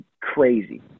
crazy